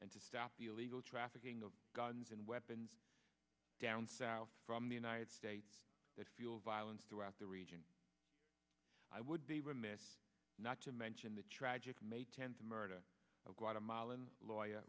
and to stop the illegal trafficking of guns and weapons down south from the united states that fuel violence throughout the region i would be remiss not to mention the tragic may tenth america of guatemalan lawyer